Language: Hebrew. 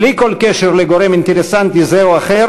בלי כל קשר לגורם אינטרסנטי זה או אחר